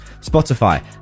spotify